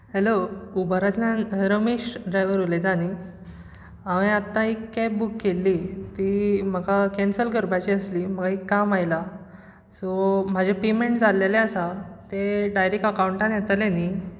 hello उबरांतल्यान Ramesh driver उलयता न्ही हांवें आतां एक कॅब बूक केल्ली ती म्हाका कॅन्सील करपाची आसली म्हाका एक काम आयलां सो म्हजें पेमेंट जाल्लें आसा ते डायरेक्ट येतले न्ही